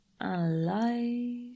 alive